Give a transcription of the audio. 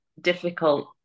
difficult